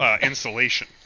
insulation